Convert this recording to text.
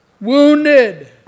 Wounded